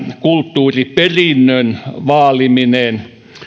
kulttuuriperinnön vaaliminen